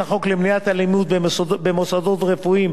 החוק למניעת אלימות במוסדות רפואיים,